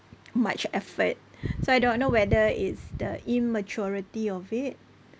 much effort so I don't know whether it's the immaturity of it